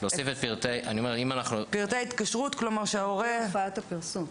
-- להוסיף את פרטי ההתקשרות כדי שההורה -- סוג הופעת הפרסום.